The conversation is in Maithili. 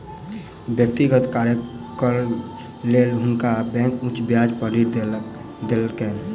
व्यक्तिगत कार्यक लेल हुनका बैंक उच्च ब्याज पर ऋण देलकैन